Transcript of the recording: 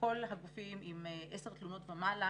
כל הגופים עם 10 תלונות ומעלה,